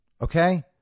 okay